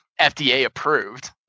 FDA-approved